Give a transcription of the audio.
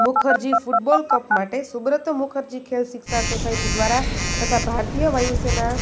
Mukherjee football cup માટે સુબ્રોતો મુખર્જી ખેલ શિક્ષા સોસાયટી દ્વારા તથા ભારતીય વાયુસેના